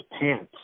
pants